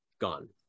gone